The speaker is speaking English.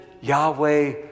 Yahweh